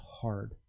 hard